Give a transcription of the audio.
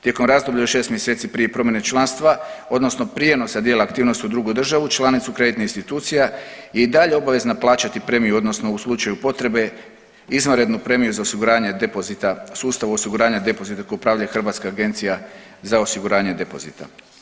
Tijekom razdoblja od 6 mjeseci prije promjene članstva odnosno prijenosa dijela aktivnosti u drugu državu članicu kreditna institucija i dalje plaćati premiju odnosno u slučaju potrebe izvanrednu premiju za osiguranje depozita u sustavu osiguranja depozita kojim upravlja Hrvatska agencija za osiguranje depozita.